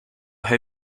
how